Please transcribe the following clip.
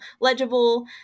legible